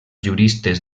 juristes